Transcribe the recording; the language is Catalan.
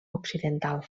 occidental